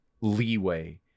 leeway